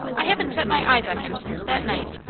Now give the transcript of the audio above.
i haven't set my eyes on him since that night.